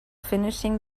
finishing